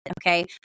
Okay